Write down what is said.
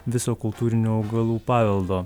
viso kultūrinio augalų paveldo